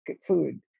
food